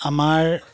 আমাৰ